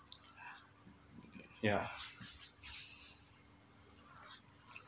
yeah